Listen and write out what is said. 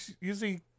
usually